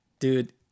Dude